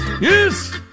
Yes